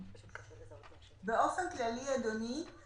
באופן כללי, אדוני,